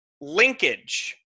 linkage